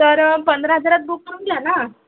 तर पंधरा हजारात बुक करून घ्या ना